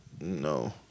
no